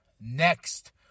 next